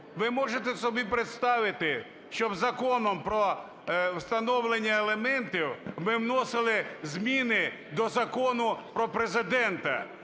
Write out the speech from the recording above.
Ви можете собі представити, щоб Законом про встановлення аліментів, ми вносили зміни до Закону про Президента